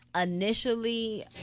initially